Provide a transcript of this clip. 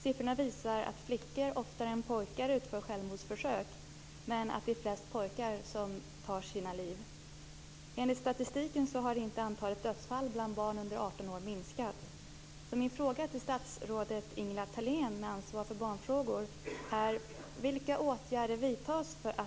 Siffrorna visar att flickor oftare än pojkar utför självmordsförsök men att de som tar sina liv oftare är pojkar. Enligt statistiken har antalet dödsfall bland barn under 18 år inte minskat.